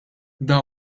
dan